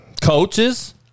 Coaches